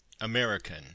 American